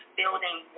building